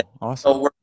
awesome